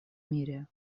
мире